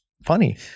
Funny